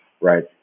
right